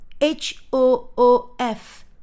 h-o-o-f